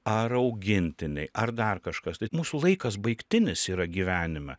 ar augintiniai ar dar kažkas tai mūsų laikas baigtinis yra gyvenime